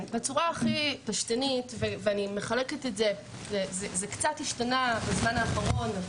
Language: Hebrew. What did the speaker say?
בצורה הכי פשטנית זה קצת השתנה בזמן האחרון,